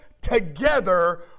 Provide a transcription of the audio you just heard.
together